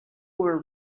were